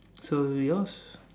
so yours